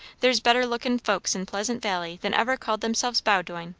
there's better-lookin' folks in pleasant valley than ever called themselves bowdoin,